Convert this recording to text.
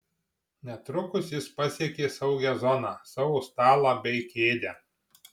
netrukus jis pasiekė saugią zoną savo stalą bei kėdę